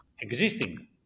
Existing